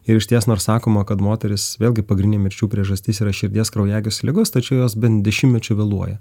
ir išties nors sakoma kad moteris vėlgi pagrindinė mirčių priežastis yra širdies kraujagyslių ligos tačiau jos bent dešimtmečiu vėluoja